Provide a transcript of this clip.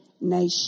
nation